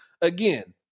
again